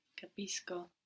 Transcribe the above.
Capisco